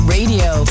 Radio